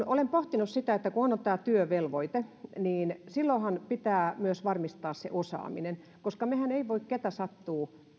olen pohtinut sitä että kun on tämä työvelvoite niin silloinhan pitää myös varmistaa se osaaminen koska mehän emme voi ketä sattuu